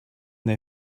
they